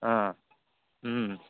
অঁ